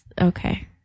okay